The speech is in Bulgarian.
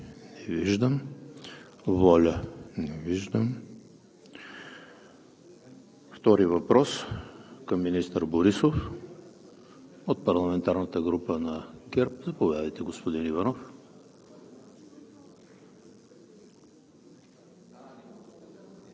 Благодаря, господин Министър. „Обединени патриоти“ – не виждам въпрос, ВОЛЯ – не виждам. Втори въпрос към министър Борисов от парламентарната група на ГЕРБ. Заповядайте, господин Иванов.